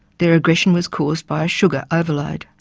their aggression was caused by a sugar overload.